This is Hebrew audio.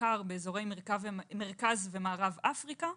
בעיקר באזורי מרכז ומערב אפריקה.